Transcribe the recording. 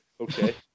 Okay